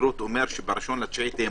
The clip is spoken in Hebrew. גרוטו אומר שב-1 בספטמבר תהיה מוכנה,